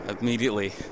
immediately